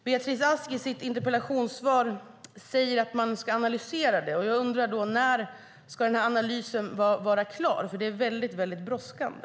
Beatrice Ask säger i sitt interpellationssvar att man ska analysera detta, och jag undrar när analysen ska vara klar. Det är nämligen väldigt brådskande.